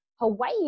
Hawaii